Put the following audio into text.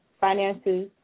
finances